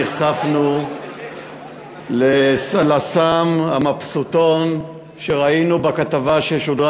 נחשפנו לסם ה"מבסוטון" בכתבה ששודרה,